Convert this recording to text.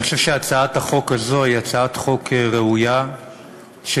אני חושב שהצעת החוק הזאת היא הצעת חוק ראויה שתסייע